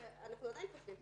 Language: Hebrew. ואנחנו עדיין חושבים,